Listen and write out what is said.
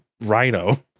rhino